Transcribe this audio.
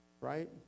Right